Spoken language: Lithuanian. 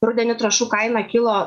rudenį trąšų kaina kilo